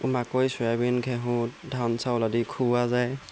মাকৈ চয়াবিন ঘেঁহু ধান চাউল আদি খুওৱা যায়